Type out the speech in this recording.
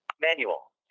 Manual